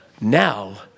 now